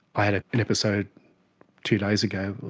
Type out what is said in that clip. i had ah an episode two days ago,